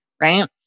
right